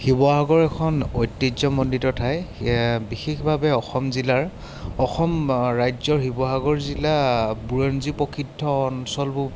শিৱসাগৰ এখন ঐতিহ্যমণ্ডিত ঠাই বিশেষভাৱে অসম জিলাৰ অসম ৰাজ্যৰ শিৱসাগৰ জিলা বুৰঞ্জী প্ৰসিদ্ধ অঞ্চলো